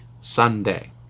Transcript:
Sunday